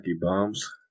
bombs